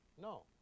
No